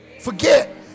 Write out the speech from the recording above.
forget